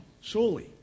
surely